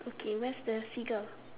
okay where's the figure